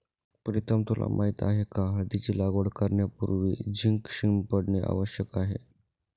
प्रीतम तुला माहित आहे का हळदीची लागवड करण्यापूर्वी झिंक शिंपडणे आवश्यक आहे